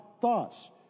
thoughts